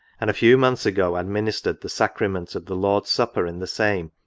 and a few months ago administered the sacrament of the lord's supper in the same,